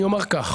אני אומר כך: